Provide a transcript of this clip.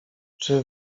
czy